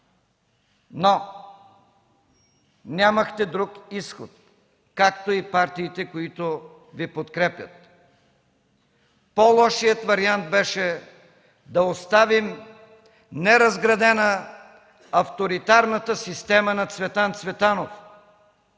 но нямахте друг изход, както и партиите, които Ви подкрепят. По-лошият вариант беше да оставим неразградена авторитарната система на Цветан Цветанов.